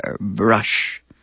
brush